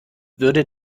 würde